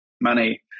money